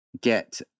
get